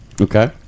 Okay